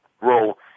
role